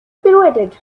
pirouetted